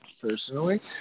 personally